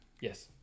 Yes